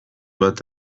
bat